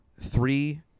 three